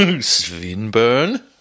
Swinburne